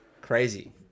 crazy